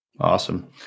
Awesome